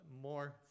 more